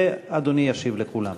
ואדוני ישיב לכולם.